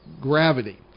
gravity